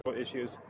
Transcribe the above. issues